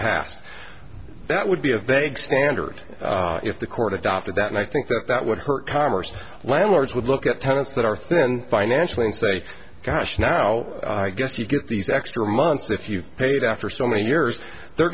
past that would be a vague standard if the court adopted that and i think that that would hurt commerce landlords would look at tenants that are thin financially and say gosh now i guess you get these extra months that you've paid after so many years they're